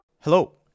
Hello